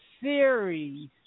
series